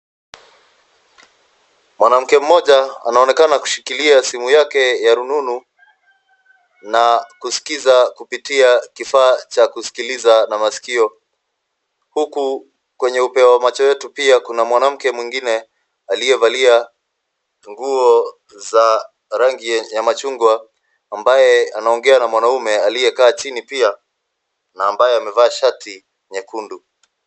Mwanamke mmoja anaonekana kushikilia simu yake ya rununu na kuskiza kupitia kifaa cha kusikiliza na masikio. Huku kwenye upeo wa macho yetu pia kuna mwanamke mwengine aliyevalia nguo za rangi ya machungwa ambaye anaongea na mwanamme aliyekaa chini pia na ambaye amevaa shati nyekundu.